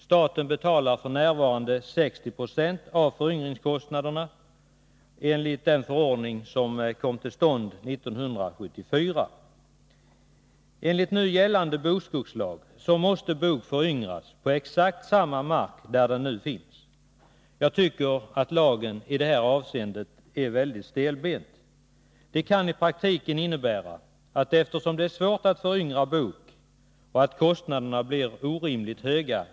Staten betalar f. n. 60 20 av föryngringskostnaderna enligt den förordning som kom till stånd 1974. Enligt nu gällande bokskogslag måste en föryngring ske på exakt samma mark där skogen nu finns. Jag tycker att lagen i detta avseende är mycket stelbent. Det är som sagt svårt att föryngra bokskog och kostnaderna är orimligt höga.